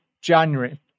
January